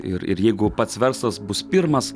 ir ir jeigu pats verslas bus pirmas